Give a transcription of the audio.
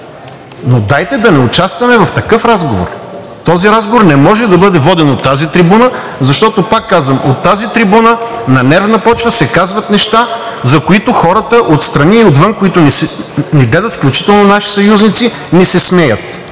но дайте да не участваме в такъв разговор. Този разговор не може да бъде воден от тази трибуна, защото, пак казвам – от тази трибуна на нервна почва се казват неща, за които хората отстрани и отвън, които ни гледат, включително наши съюзници, ни се смеят.